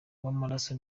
w’amaraso